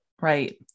Right